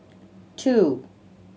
two